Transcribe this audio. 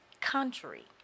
country